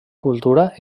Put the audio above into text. cultura